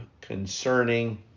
concerning